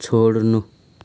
छोड्नु